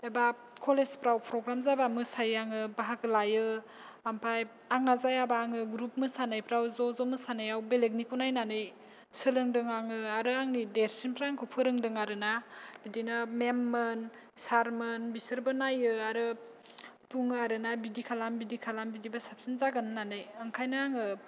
एबा कलेजफ्राव प्रग्राम जाबा मोसायो आङो बाहागो लायो ओमफाय आंना जायाबा आङो ग्रुप मोसानायफ्राव ज' ज' मोसानायाव बेलेकनिखौ नायनानै सोलोंदों आङो आरो आंनि देरसिनफ्रा आंखौ फोरोंदों आरोना बिदिनो मेममोन सारमोन बिसोरबो नायो आरो बुङो आरो ना बिदि खालाम बिदि खालाम बिदिबा साबसिन जागोन होन्नानै ओंखायनो आङो